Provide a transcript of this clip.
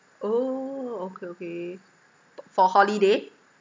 oh okay okay for holiday